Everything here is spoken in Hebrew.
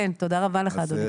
תודה רבה לך, אדוני.